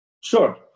Sure